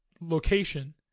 location